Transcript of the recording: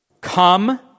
Come